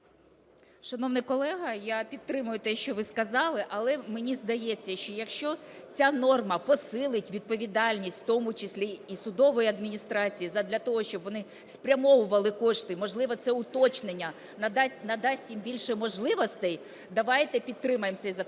Шановний колега, я підтримую те, що ви сказали. Але мені здається, що якщо ця норма посилить відповідальність, в тому числі і судової адміністрації, задля того щоб вони спрямовували кошти, можливо, це уточнення, надасть їм більше можливостей, давайте підтримаємо цей законопроект.